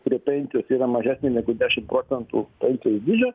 prie pensijos yra mažesnė negu dešim procentų pensijos dydžio